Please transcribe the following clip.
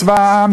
צבא העם,